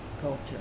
culture